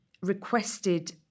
requested